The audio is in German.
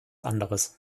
anderes